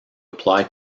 apply